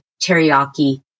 teriyaki